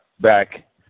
back